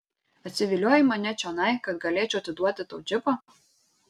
atsiviliojai mane čionai kad galėčiau atiduoti tau džipą